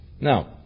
now